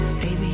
Baby